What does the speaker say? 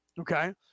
okay